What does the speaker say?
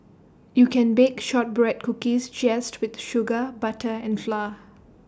you can bake Shortbread Cookies just with sugar butter and flour